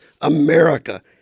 America